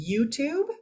YouTube